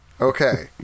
Okay